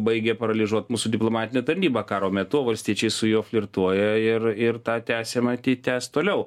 baigia paralyžiuot mūsų diplomatinę tarnybą karo metu valstiečiai su juo flirtuoja ir ir tą tęsia matyt tęs toliau